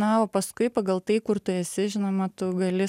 na o paskui pagal tai kur tu esi žinoma tu gali